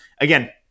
again